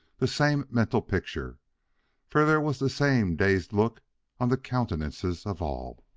the same mental picture for there was the same dazed look on the countenances of all.